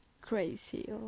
crazy